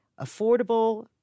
affordable